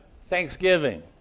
Thanksgiving